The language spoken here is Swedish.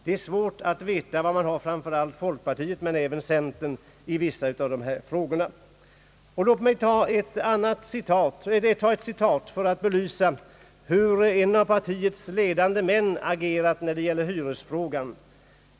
Det är svårt att veta var man har framför allt folkpartiet, men även centern i vissa av dessa frågor. Låt mig ta ett citat för att belysa hur en av partiets ledande män agerat när det gäller hyresfrågan.